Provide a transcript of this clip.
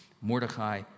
Mordecai